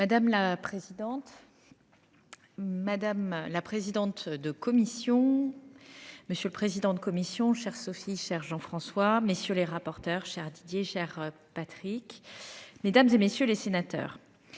Madame la présidente. Madame la présidente de commission. Monsieur le président de commission chère Sophie cher Jean François messieurs les rapporteurs chers Didier cher Patrick mesdames et messieurs les sénateurs.